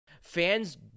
fans